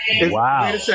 Wow